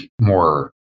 more